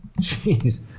Jeez